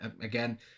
Again